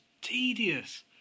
tedious